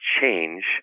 change